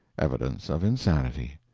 evidence of insanity.